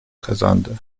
kazandı